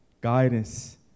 guidance